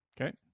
Okay